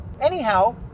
Anyhow